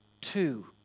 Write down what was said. Two